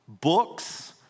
books